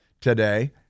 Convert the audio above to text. today